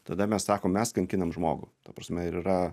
tada mes sakom mes kankinam žmogų ta prasme ir yra